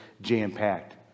jam-packed